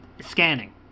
Scanning